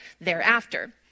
thereafter